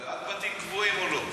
אתה בעד בתים גבוהים או לא?